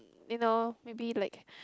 you know maybe like